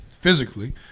physically